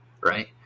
right